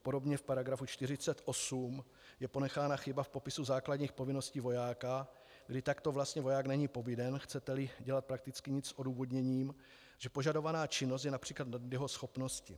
Podobně v § 48 je ponechána chyba v popisu základních povinností vojáka, kdy takto vlastně voják není povinen, chceteli, dělat prakticky nic s odůvodněním, že požadovaná činnost je například nad jeho schopnosti.